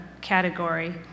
category